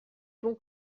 bon